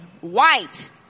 white